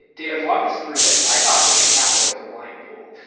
david, walk us through this. i thought venture capital was a blind pool.